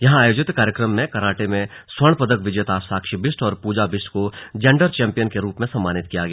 यहां आयोजित कार्यक्रम में कराटे में स्वर्ण पदक विजेता साक्षी बिष्ट और पूजा बिष्ट को जेण्डर चौम्पियन के रूप में सम्मानित किया गया